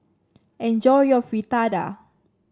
enjoy your Fritada